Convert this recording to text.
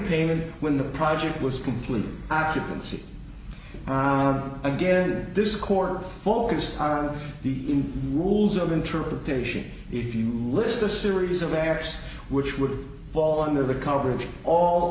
payment when the project was completed occupancy our idea that this core focused on the rules of interpretation if you list a series of acts which would fall under the coverage all